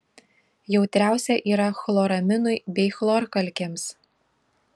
jautriausia yra chloraminui bei chlorkalkėms